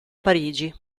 parigi